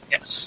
Yes